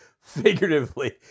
figuratively